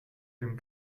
dem